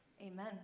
Amen